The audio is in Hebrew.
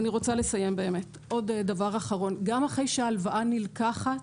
גם אחרי שההלוואה נלקחת,